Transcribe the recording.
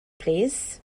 plîs